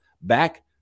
back